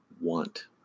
want